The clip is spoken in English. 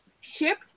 ship